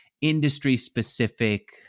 industry-specific